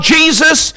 Jesus